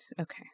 Okay